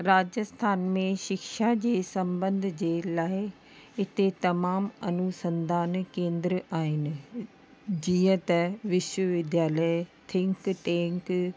राजस्थान में शिक्षा जी संबंध जे लाइ हिते तमामु अनुसंधान केंद्र आहिनि जीअं त विश्वविद्यालय थिंक टेंक